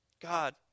God